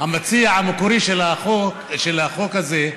הוא המציע המקורי של החוק הזה.